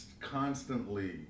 constantly